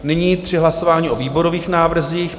Nyní tři hlasování o výborových návrzích.